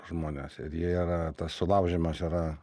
žmones ir jie yra tas sulaužymas yra